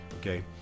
Okay